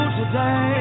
today